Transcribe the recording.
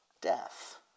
death